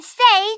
say